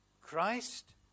Christ